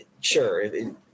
sure